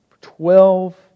Twelve